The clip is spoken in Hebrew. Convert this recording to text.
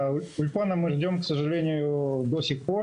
באמצע אפריל הבטיחו לנו אולפן.